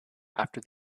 after